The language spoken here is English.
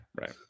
right